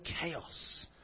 chaos